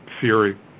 theory